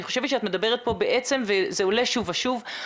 אני חושבת שהדברים שאת מדברת עליהם עולים שוב ושוב,